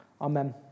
Amen